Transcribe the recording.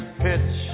pitch